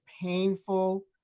painful